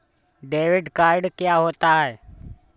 Debit card क्या होता है?